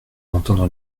entendre